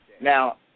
Now